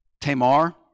Tamar